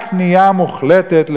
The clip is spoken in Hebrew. רק כניעה מוחלטת,